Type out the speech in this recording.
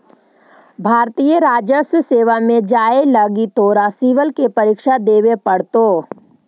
भारतीय राजस्व सेवा में जाए लगी तोरा सिवल के परीक्षा देवे पड़तो